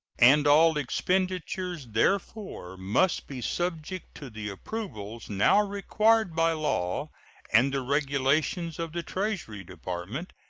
and all expenditures, therefore, must be subject to the approvals now required by law and the regulations of the treasury department,